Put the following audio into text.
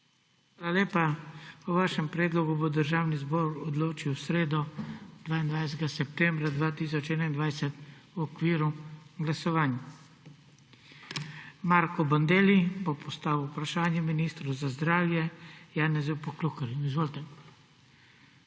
lepa. O vašem predlogu bo Državni zbor odločil v sredo, 22. septembra 2021, v okviru glasovanj. Marko Bandelli bo postavil vprašanje ministru za zdravje Janezu Poklukarju. Izvolite.